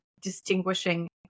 distinguishing